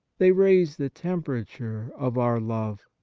they raise the tem perature of our love.